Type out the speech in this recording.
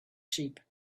sheep